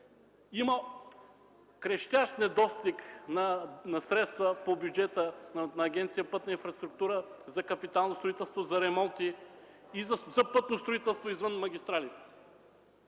има крещящ недостиг на средства по бюджета на Агенция „Пътна инфраструкутра” за капитално строителство, за ремонти, за пътно строителство извън магистралите.